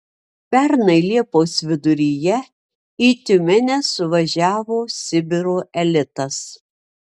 pernai liepos viduryje į tiumenę suvažiavo sibiro elitas